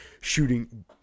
shooting